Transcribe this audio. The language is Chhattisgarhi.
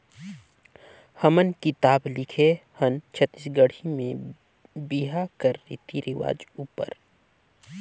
हमन किताब लिखे हन छत्तीसगढ़ी में बिहा कर रीति रिवाज उपर